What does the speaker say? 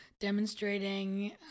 demonstrating